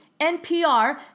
NPR